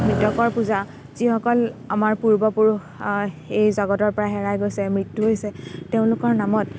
মৃতকৰ পূজা যিসকল আমাৰ পূৰ্বপুৰুষ এই জগতৰ পৰা হেৰাই গৈছে মৃত্যু হৈছে তেওঁলোকৰ নামত